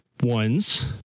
ones